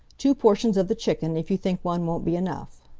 two portions of the chicken, if you think one won't be enough.